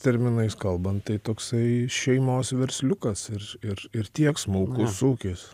terminais kalbant tai toksai šeimos versliukas ir ir ir tiek smulkus ūkis